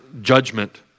judgment